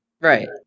Right